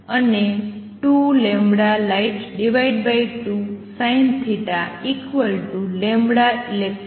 અને 2light2Sinθelectrons